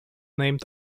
named